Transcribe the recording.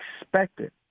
expected